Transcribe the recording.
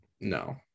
no